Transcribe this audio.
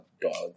dogs